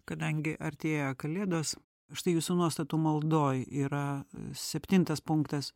kadangi artėja kalėdos štai jūsų nuostatų maldoj yra septintas punktas